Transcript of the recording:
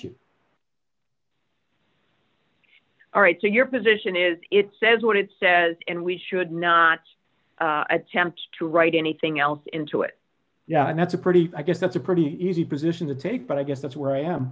you all right so your position is it says what it says and we should not attempt to write anything else into it yeah that's a pretty i guess that's a pretty easy position to take but i guess that's where i am